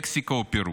מקסיקו ופרו.